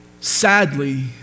Sadly